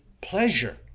pleasure